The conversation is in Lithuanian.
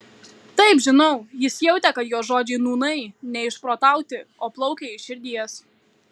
taip žinau jis jautė kad jo žodžiai nūnai ne išprotauti o plaukia iš širdies